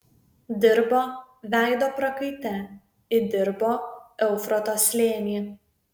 dirbo veido prakaite įdirbo eufrato slėnį